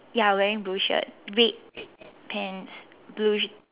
ya wearing blue shirt red pants blue sh~